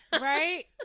Right